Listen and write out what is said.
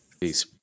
Peace